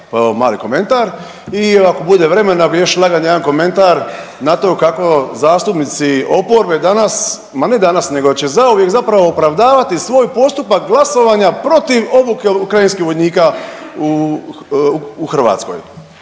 evo mali komentar i ako bude vremena još lagan jedan komentar na to kako zastupnici oporbe danas, ma ne danas nego će zauvijek zapravo opravdavati svoj postupak glasovanja protiv obuke ukrajinskih vojnika u Hrvatskoj.